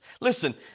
Listen